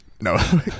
no